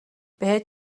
بهت